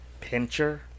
Pincher